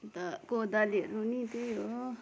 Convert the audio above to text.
अन्त कोदालीहरू पनि त्यही हो